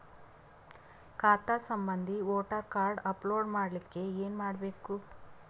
ಖಾತಾ ಸಂಬಂಧಿ voter card upload ಮಾಡಲಿಕ್ಕೆ ಏನ ಮಾಡಬೇಕು?